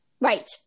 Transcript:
Right